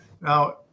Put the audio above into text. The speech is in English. Now